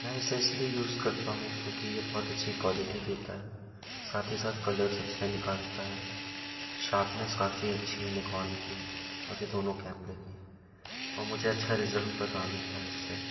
मैं इसे इसलिए यूज़ करता हूँ क्योंकि यह बहुत अच्छी क्वालिटी देता है साथ ही साथ कलर्स अच्छे निकालता है शार्पनेस काफ़ी अच्छी है निकॉन की और ये दोनों केमरे की और मुझे अच्छा रिज़ल्ट प्रदान होता है इससे